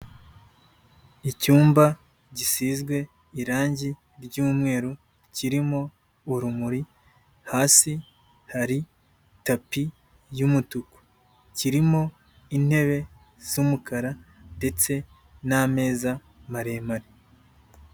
Icyumba gisizwe irangi ry'umweru kirimo urumuri hasi hari tapi y'umutuku kirimo intebe z'umukara ndetse n'ameza maremare.